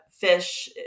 fish